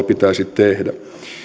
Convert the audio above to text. pitäisi tehdä